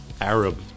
Arab